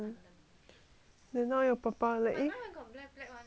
then now your papa like eh